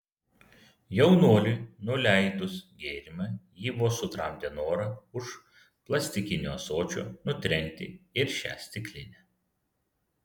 jaunuoliui nuleidus gėrimą ji vos sutramdė norą už plastikinio ąsočio nutrenkti ir šią stiklinę